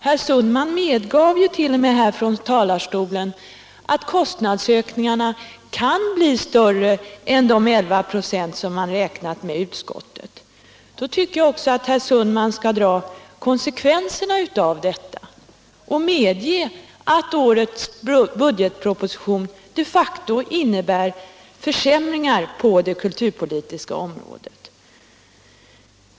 Herr Sundman medgav ju här från talarstolen att kostnadsökningarna t.o.m. kan bli större än de 11 96 som man räknat med i utskottet. Då tycker jag också att herr Sundman skulle dra konsekvenserna av detta och medge att årets budgetproposition de facto innebär försämringar på det kulturpolitiska området.